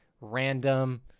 random